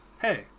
hey